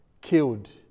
killed